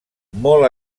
molt